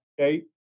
okay